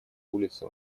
улице